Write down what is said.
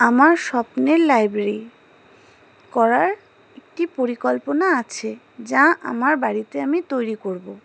আমার স্বপ্নের লাইব্রেরি করার একটি পরিকল্পনা আছে যা আমার বাড়িতে আমি তৈরি করবো